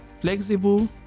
flexible